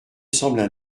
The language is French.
semblent